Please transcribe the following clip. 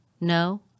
No